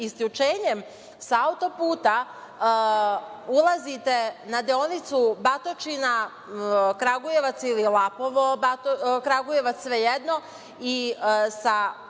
isključenjem sa auto-puta ulazite na deonicu Batočina, Kragujevac ili Lapovo, svejedno, i sa